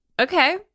Okay